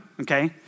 okay